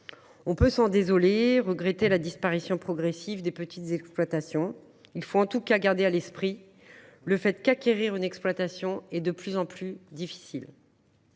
On peut s’en désoler et regretter la disparition progressive des petites exploitations. Il faut en tout cas garder à l’esprit qu’acquérir une exploitation est de plus en plus difficile.